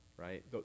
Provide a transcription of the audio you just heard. right